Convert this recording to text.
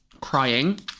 crying